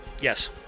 Yes